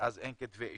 ואז אין כתבי אישום,